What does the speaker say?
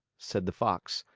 said the fox,